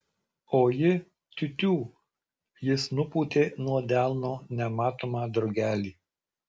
o ji tiu tiū jis nupūtė nuo delno nematomą drugelį